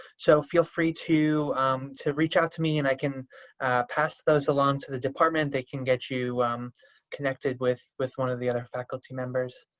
so feel free to um to reach out to me and i can pass those along to the department. they can get you connected with with one of the other faculty members.